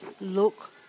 look